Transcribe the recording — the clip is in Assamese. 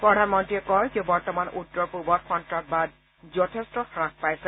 প্ৰধানমন্ত্ৰীয়ে কয় যে বৰ্তমান উত্তৰ পুবত সন্নাসবাদ যথেষ্ঠ হ্ৰাস পাইছে